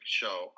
show